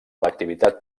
l’activitat